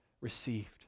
received